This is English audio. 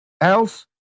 else